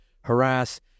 harass